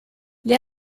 gli